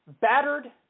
battered